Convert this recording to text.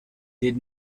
did